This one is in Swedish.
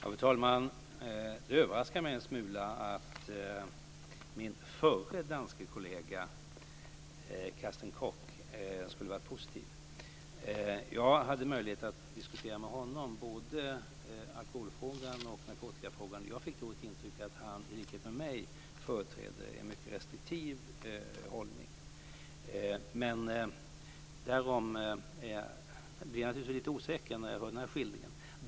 Fru talman! Det överraskar mig en smula att min förre danske kollega Carsten Koch skulle vara positiv. Jag hade möjlighet att diskutera både alkoholfrågan och narkotikafrågan med honom, och jag fick då ett intryck av att han i likhet med mig företräder en mycket restriktiv hållning. Men jag blir naturligtvis lite osäker när jag hör denna skildring.